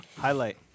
highlight